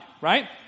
right